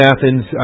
Athens